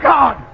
God